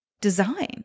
design